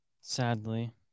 Sadly